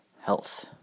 health